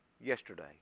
yesterday